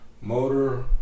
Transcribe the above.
Motor